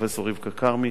פרופסור רבקה כרמי,